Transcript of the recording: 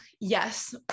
yes